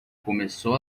começou